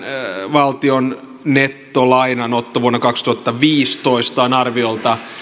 valtion nettolainanotto vuonna kaksituhattaviisitoista on arviolta